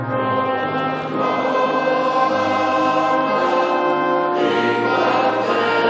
הישיבה הבאה תתקיים